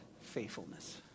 faithfulness